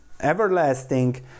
everlasting